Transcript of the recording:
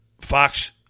Fox